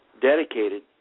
dedicated